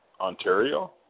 Ontario